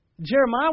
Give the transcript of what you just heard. Jeremiah